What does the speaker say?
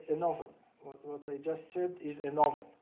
and novel just said is a novel,